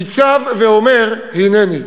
ניצב ואומר: הנני.